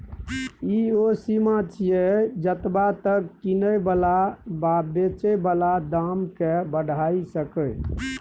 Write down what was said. ई ओ सीमा छिये जतबा तक किने बला वा बेचे बला दाम केय बढ़ाई सकेए